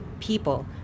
people